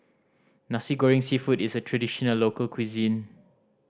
Nasi Goreng Seafood is a traditional local cuisine